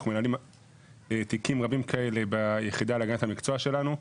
אנחנו מנהלים תיקים רבים רבים כאלה ביחידה להגנת המקצוע שלנו.